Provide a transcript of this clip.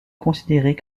considérés